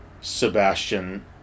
Sebastian